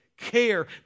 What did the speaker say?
care